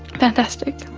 fantastic.